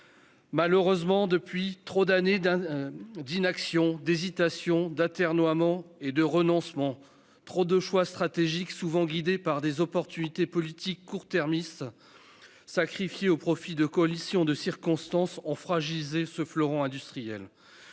Malheureusement, trop d'années d'inaction, d'hésitation, d'atermoiements et de renoncements, trop de choix stratégiques souvent guidés par des opportunités politiques court-termistes, puis sacrifiés au profit de coalitions de circonstances, ont fragilisé ce fleuron industriel.